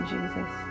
Jesus